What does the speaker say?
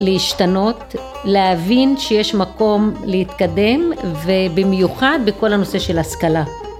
להשתנות להבין שיש מקום להתקדם ובמיוחד בכל הנושא של השכלה